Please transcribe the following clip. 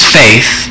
faith